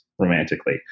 romantically